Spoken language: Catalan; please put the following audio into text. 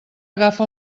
agafa